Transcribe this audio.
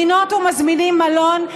מזמינות ומזמינים מלון,